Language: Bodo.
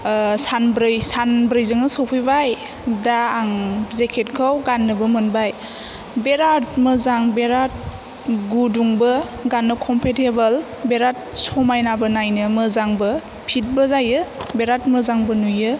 सानब्रै सानब्रै जोंनो सफैबाय दा आं जेकेटखौ गान्नोबो मोनबाय बिराद मोजां बिराद गुदुंबो गाननो खमफेथेबेल बिराद समायनाबाे नायनो मोजांबो फिथबो जायो बिराद मोजांबो नुयो